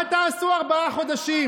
מה תעשו ארבעה חודשים?